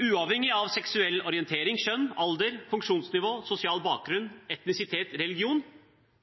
uavhengig av seksuell orientering, kjønn, alder, funksjonsnivå, sosial bakgrunn, etnisitet, religion